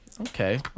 okay